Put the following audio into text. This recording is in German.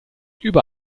über